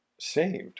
saved